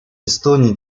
эстония